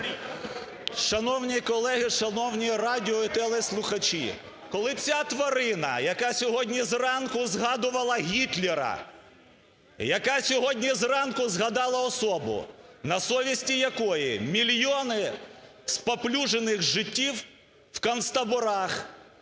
Шановні колеги! Шановні радіо і телеслухачі! Коли ця тварина, яка сьогодні зранку згадувала Гітлера, яка сьогодні зранку згадала особу, на совісті якої мільйони спаплюжених життів в концтаборах.